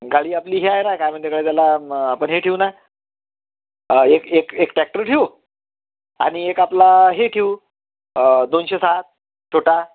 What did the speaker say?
गाडी आपली हे आहे ना काय म्हणते गं त्याला आपण हे ठेऊ ना एक एक एक टॅक्टर ठेऊ आणि एक आपला हे ठेऊ दोनशे सात छोटा